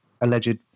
alleged